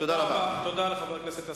תודה לחבר הכנסת אלסאנע.